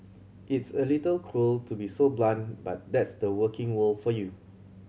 it's a little cruel to be so blunt but that's the working world for you